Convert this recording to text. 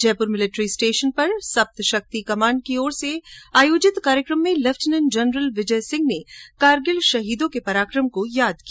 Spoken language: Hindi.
जयपुर मिलेट्री स्टेशन पर सप्तशक्ति कमान की ओर से आयोजित कार्यक्रम में लेफिटनेंट जनरल विजय सिंह ने कारगिल शहीदों के पराक्रम को याद किया